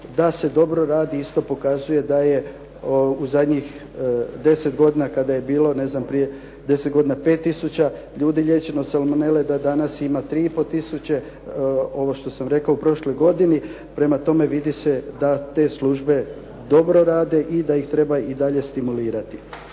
da se dobro radi isto pokazuje da je u zadnjih 10 godina kada je bilo ne znam prije 10 godina 5000 ljudi liječeno od salmonele, da danas ima 3 i pol tisuće ovo što sam rekao u prošloj godini. Prema tome, vidi se da te službe dobro rade i da ih treba i dalje stimulirati.